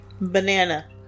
Banana